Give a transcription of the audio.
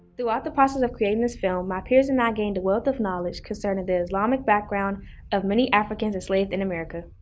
throughout the process of creating this film, my peers and i gained a wealth of knowledge concerning the islamic background of many africans enslaved in america.